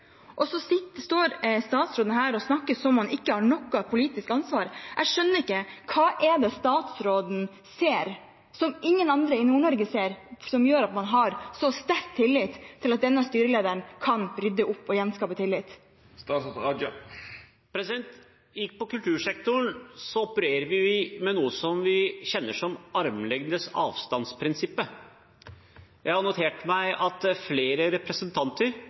han ikke har noe politisk ansvar. Jeg skjønner ikke hva statsråden ser, som ingen andre i Nord-Norge ser, som gjør at man har så sterk tillit til at denne styrelederen kan rydde opp og gjenskape tillit. I kultursektoren opererer vi med noe vi kjenner som armlengdes avstand-prinsippet. Jeg har notert meg at flere representanter